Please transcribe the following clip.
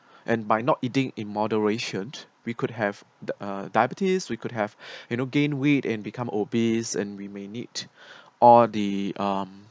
and by not eating in moderation we could have the uh diabetes we could have you know gain weight and become obese and remain it all the um